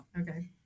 Okay